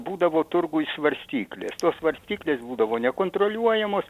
būdavo turguj svarstyklės tos svarstyklės būdavo nekontroliuojamos